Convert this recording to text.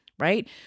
right